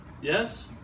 Yes